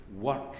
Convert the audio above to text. work